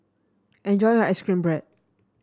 enjoy your ice cream bread